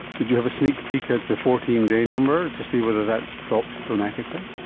did you have a sneak peek at the fourteen day number to see whether that dropped dramatically?